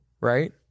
right